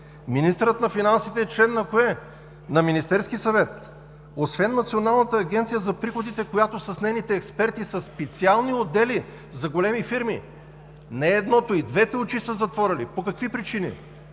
Министърът на финансите е член на кое? На Министерския съвет! Освен Националната агенция за приходите, която с нейните експерти, със специални отдели за големи фирми, не едното, а и двете очи са затворили. По какви причини?